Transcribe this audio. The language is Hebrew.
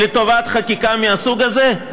לטובת חקיקה מהסוג הזה?